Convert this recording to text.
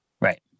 Right